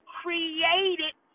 created